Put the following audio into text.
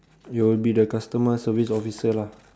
you'll be the customer service officer lah